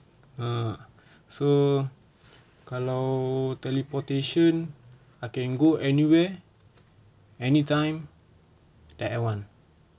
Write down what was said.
err so kalau teleportation I can go anywhere anytime that I want